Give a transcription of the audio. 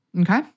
Okay